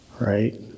right